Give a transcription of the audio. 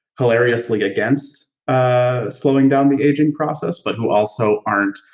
hilariously against ah slowing down the aging process, but who also aren't,